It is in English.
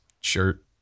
shirt